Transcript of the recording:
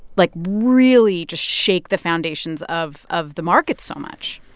like, really just shake the foundations of of the market so much?